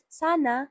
sana